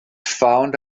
found